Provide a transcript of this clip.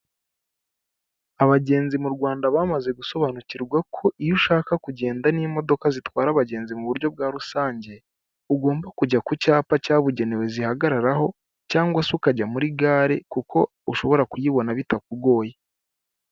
Abagenzi mu Rwanda bamaze gusobanukirwa ko iyo ushaka kugenda n'imodoka zitwara abagenzi mu buryo bwa rusange ugomba kujya ku cyapa cyabugenewe zihagararaho cyangwa se ukajya muri gare kuko ushobora kuyibona bitakugoye.